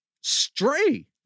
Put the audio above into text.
Stray